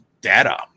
data